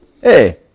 hey